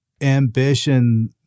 ambition